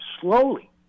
slowly